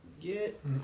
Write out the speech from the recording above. get